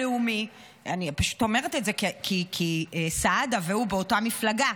אני פשוט אומרת את זה כי סעדה והוא באותה מפלגה.